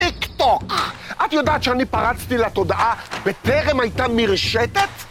טיק-טוק, את יודעת שאני פרצתי לתודעה בטרם הייתה מרשתת?